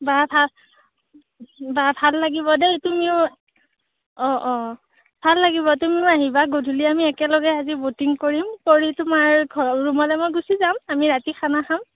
বা ভাল বা ভাল লাগিব দেই তুমিও অঁ অঁ ভাল লাগিব তুমিও আহিবা গধুলি আমি একেলগে আজি ব'টিং কৰিম কৰি তোমাৰ ঘৰ ৰুমলৈ মই গুচি যাম আমি ৰাতি খানা খাম